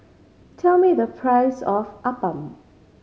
tell me the price of appam